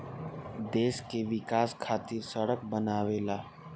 देश के विकाश खातिर सड़क बनावेला